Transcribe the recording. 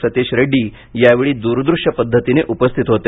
सतिश रेड्डी यावेळी द्रदृश्य पद्धतीने उपस्थित होते